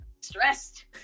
stressed